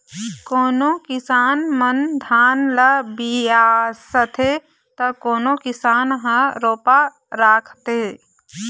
कोनो किसान मन धान ल बियासथे त कोनो किसान ह रोपा राखथे